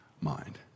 mind